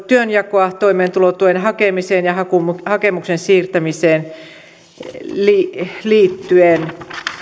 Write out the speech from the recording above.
työnjakoa toimeentulotuen hakemiseen ja hakemuksen hakemuksen siirtämiseen liittyen